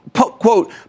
Quote